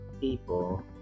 people